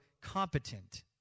competent